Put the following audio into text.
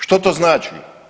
Što to znači?